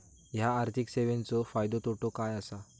हया आर्थिक सेवेंचो फायदो तोटो काय आसा?